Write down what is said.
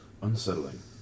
unsettling